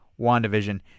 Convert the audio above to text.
WandaVision